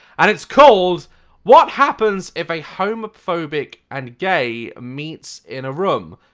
and it's called what happens if a homophobic and gay meet in a room.